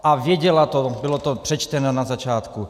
A věděla jste to, bylo to přečtené na začátku.